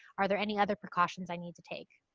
are there any other precautions i need to take?